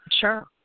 Sure